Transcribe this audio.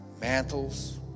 mantles